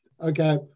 Okay